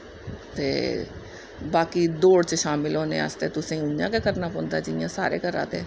ते बाकी दौड़ च शामल होने आस्तै तुसें इ'यां गै करना पौंदा जि'यां सारे करा'रदे